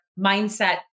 mindset